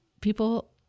people